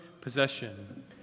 possession